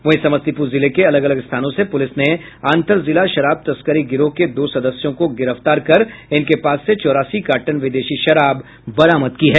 वहीं समस्तीपुर जिले के अलग अलग स्थानों से पुलिस ने अंतर जिला शराब तस्करी गिरोह के दो सदस्यों को गिरफ्तार कर चौरासी कार्टन विदेशी शराब बरामद किया है